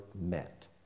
met